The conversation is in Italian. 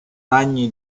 ragni